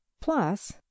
plus